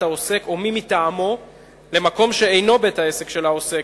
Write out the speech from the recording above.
העוסק או מי מטעמו למקום שאינו בית-העסק של העוסק,